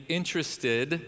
interested